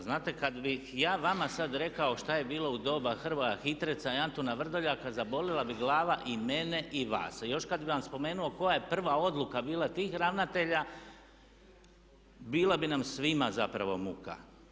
Znate, kad bih ja vama sad rekao šta je bilo u doba Hrvoja Hitreca i Antuna Vrdoljaka zabolila bi glava i mene i vas, a još kad bih vam spomenuo koja je prva odluka bila tih ravnatelja bila bi nam svima zapravo muka.